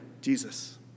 Jesus